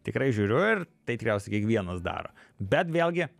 tikrai žiūriu ir tai tikriausiai kiekvienas daro bet vėlgi